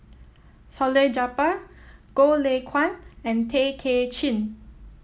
Salleh Japar Goh Lay Kuan and Tay Kay Chin